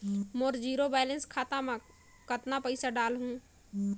मोर zero balance खाता मे कतना पइसा डाल हूं?